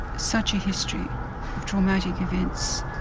such a history of traumatic events,